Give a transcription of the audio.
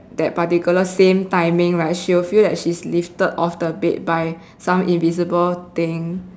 that particular same timing right she will feel like she's being lifted off the bed by some invisible thing